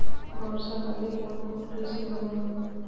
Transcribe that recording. বর্ষা কালে কোন কোন কৃষি ভালো হয়?